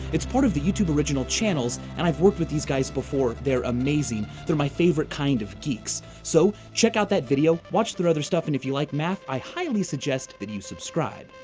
it's part of the youtube original channel's, and i've worked with these guys before. they're amazing, they're my favorite kind of geeks. so, check out that video, watch their other stuff, and if you like math, i highly suggest that you subscribe.